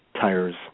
tires